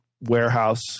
warehouse